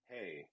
hey